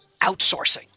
outsourcing